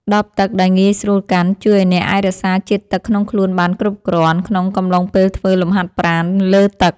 ដបទឹកដែលងាយស្រួលកាន់ ជួយឱ្យអ្នកអាចរក្សាជាតិទឹកក្នុងខ្លួនបានគ្រប់គ្រាន់ ក្នុងកំឡុងពេលធ្វើលំហាត់ប្រាណលើទឹក។